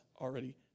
already